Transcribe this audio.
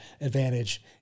advantage